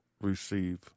receive